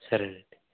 సరే అండి